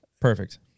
Perfect